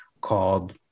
called